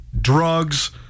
drugs